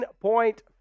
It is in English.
point